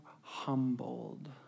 humbled